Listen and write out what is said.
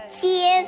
Cheers